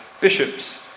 bishops